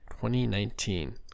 2019